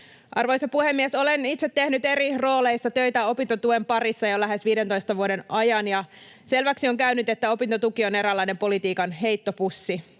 Arvoisa puhemies! Olen itse tehnyt eri rooleissa töitä opintotuen parissa jo lähes 15 vuoden ajan, ja selväksi on käynyt, että opintotuki on eräänlainen politiikan heittopussi.